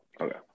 Okay